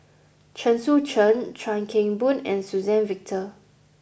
Chen Sucheng Chuan Keng Boon and Suzann Victor